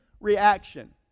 reaction